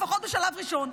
לפחות בשלב ראשון.